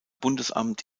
bundesamt